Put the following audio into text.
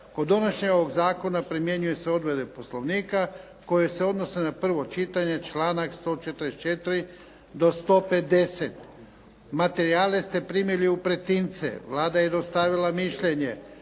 Kod donošenja ovoga zakona primjenjuju se odredbe Poslovnika koje se odnose na 1. čitanje članak 144 do 150. Materijale ste primili u pretince. Vlada je dostavila mišljenje.